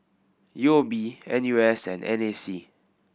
U O B N U S and N A C